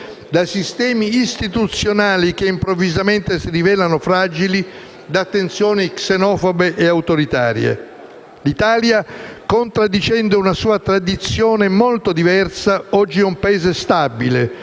grazie a tutto